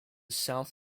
south